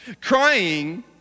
crying